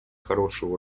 хорошую